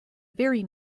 very